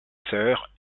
sœurs